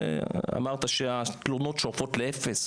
אמרת שהתלונות שואפות לאפס,